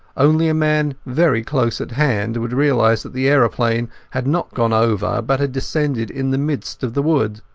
only a man very close at hand would realize that the aeroplane had not gone over but had descended in the midst of the wood.